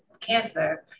cancer